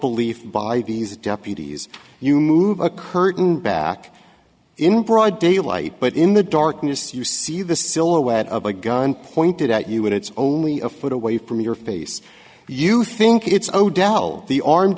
belief by these deputies you move a curtain back in broad daylight but in the darkness you see the silhouette of a gun pointed at you and it's only a foot away from your face you think it's odell the armed